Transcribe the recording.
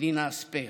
מדינה ספייר.